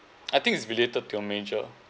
I think it's related to your major